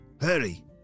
Hurry